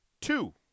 Two